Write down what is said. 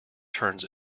turns